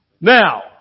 Now